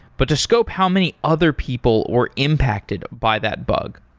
but to scope how many other people were impacted by that bug.